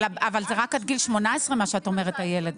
אבל מה שאת אומרת לגבי הילד,